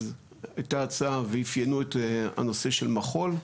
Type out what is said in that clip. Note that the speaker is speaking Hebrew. אז הייתה הצעה ואפיינו את הנושא של מחו"ל,